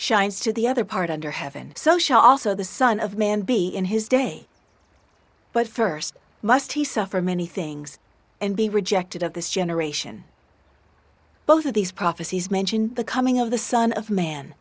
shines to the other part under heaven so she also the son of man be in his day but st must he suffered many things and be rejected of this generation both of these prophecies mention the coming of the son of man